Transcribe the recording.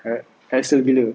ha~ hassle gila